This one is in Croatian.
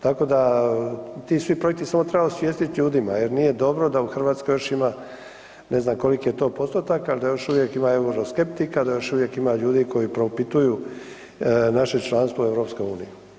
Tako da ti svi projekti samo treba osvijestiti ljudima jer nije dobro da u Hrvatskoj još ima, ne znam koliko je to postotak ali da još uvijek ima euroskeptika, da još uvijek ima ljudi koji propituju naše članstvo u EU.